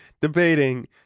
debating